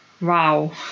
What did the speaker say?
wow